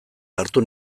hartu